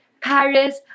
Paris